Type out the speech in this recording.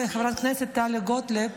חברת הכנסת טלי גוטליב